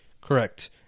Correct